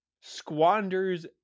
squanders